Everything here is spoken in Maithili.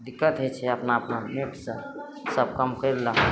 दिक्कत हइ छै अपना अपना नेटसँ सब काम करि लऽ